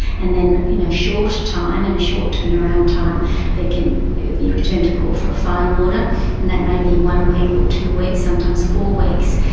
and in a short time, in a short turnaround time they can be returned to court for a final order and that may be one week or two weeks, sometimes four weeks.